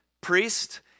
priest